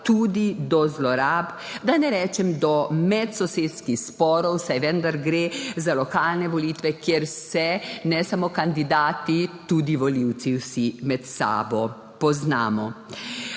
tudi do zlorab, da ne rečem do medsosedskih sporov, saj vendar gre za lokalne volitve, kjer se ne samo kandidati, tudi volivci vsi med sabo poznamo.